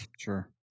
sure